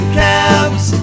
cabs